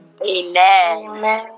Amen